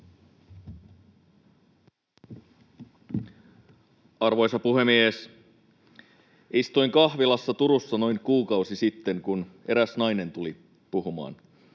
Arvoisa puhemies! ”Istuin kahvilassa Turussa noin kuukausi sitten, kun eräs nainen tuli puhumaan.